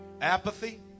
Apathy